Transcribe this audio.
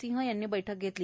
सिंह यांनी बैठक घेतली